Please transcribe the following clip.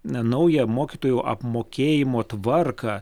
na naują mokytojų apmokėjimo tvarką